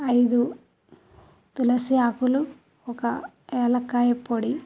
ఐదు తులసి ఆకులు ఒక ఎలక్కాయ పొడి